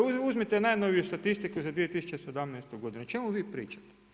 Uzmite najnoviju statistiku za 2017. godinu, o čemu vi pričate.